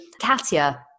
Katya